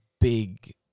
big